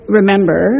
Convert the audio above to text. remember